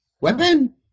Weapon